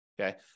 okay